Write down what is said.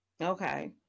Okay